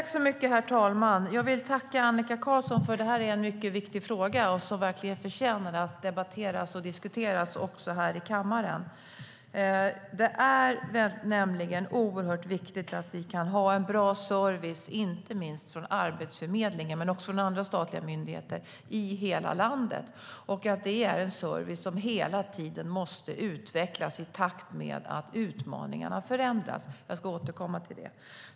Herr talman! Jag vill tacka Annika Qarlsson. Det här är en mycket viktig fråga som verkligen förtjänar att debatteras och diskuteras, också här i kammaren. Det är oerhört viktigt att vi kan ha bra service i hela landet, inte minst från Arbetsförmedlingen men också från andra statliga myndigheter. Det ska vara en service som hela tiden utvecklas i takt med att utmaningarna förändras. Jag ska återkomma till det.